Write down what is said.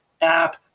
app